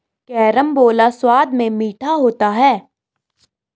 carambola स्वाद में मीठा होता है